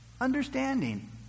Understanding